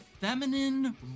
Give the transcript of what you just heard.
feminine